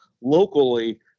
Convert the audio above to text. locally